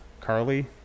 Carly